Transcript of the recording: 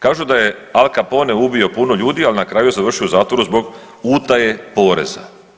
Kažu da je Al Capone ubio puno ljudi, al' na kraju je završio u zatvoru zbog utaje poreza.